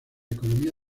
economía